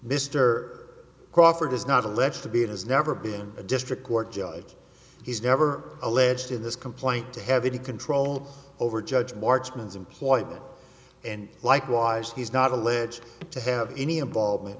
mr crawford is not alleged to be and has never been a district court judge he's never alleged in this complaint to have any control over judge marksman's employment and likewise he's not alleged to have any involvement